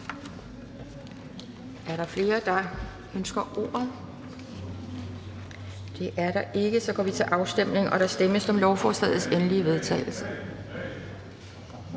Er der flere, der ønsker ordet? Det er der ikke. Så går vi til afstemning, og der stemmes om lovforslagets endelige vedtagelse,